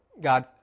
God